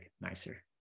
nicer